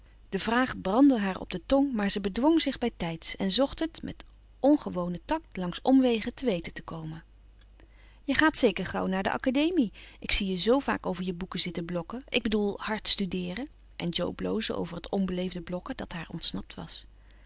de vraag brandde haar op de tong maar ze bedwong zich bijtijds en zocht het met ongewonen tact langs omwegen te weten te komen je gaat zeker gauw naar de academie ik zie je zoo vaak over je boeken zitten blokken ik bedoel hard studeeren en jo bloosde over het onbeleefde blokken dat haar ontsnapt was